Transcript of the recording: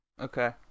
okay